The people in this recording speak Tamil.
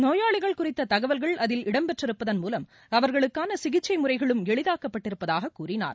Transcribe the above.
நோயாளிகள் குறித்த தகவல்கள் அதில் இடம்பெற்றிருப்பதன் மூலம் அவர்களுக்கான சிகிச்சை முறைகளும் எளிதாக்கப்பட்டிருப்பதாக கூறினார்